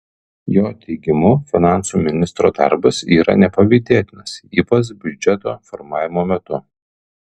jo teigimu finansų ministro darbas yra nepavydėtinas ypač biudžeto formavimo metu